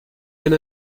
and